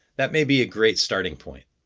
that may be a great starting point.